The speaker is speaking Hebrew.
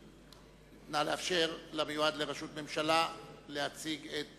נא לאפשר למיועד לראשות הממשלה להציג את